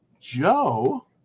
Joe